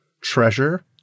treasure